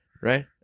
right